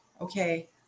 okay